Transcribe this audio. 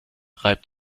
reibt